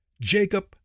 Jacob